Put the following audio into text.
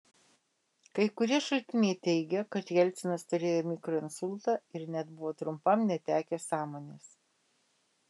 kai kurie šaltiniai teigia kad jelcinas turėjo mikroinsultą ir net buvo trumpam netekęs sąmonės